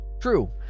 true